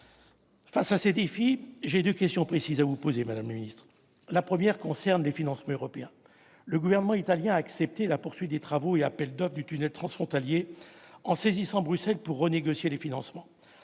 de ces défis, j'ai deux questions précises à vous poser, madame le ministre. La première concerne les financements européens. Le Gouvernement italien a accepté la poursuite des travaux et des appels d'offres du tunnel transfrontalier, en saisissant Bruxelles pour renégocier les financements.